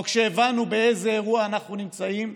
או כשהבנו באיזה אירוע אנחנו נמצאים,